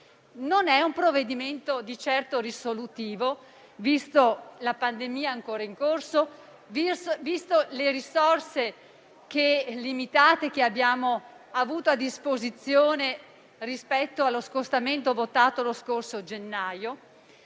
non è un provvedimento di certo risolutivo, vista la pandemia ancora in corso; considerate le risorse limitate che abbiamo avuto a disposizione rispetto allo scostamento votato lo scorso gennaio,